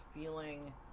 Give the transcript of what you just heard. feeling